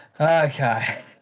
Okay